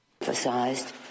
Emphasized